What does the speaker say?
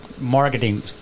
marketing